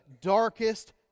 darkest